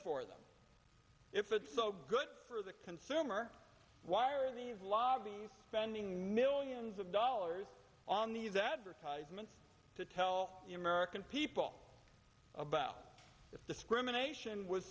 for them if it's so good for the consumer why are these lobbies spending millions of dollars on these advertisements to tell the american people about this discrimination was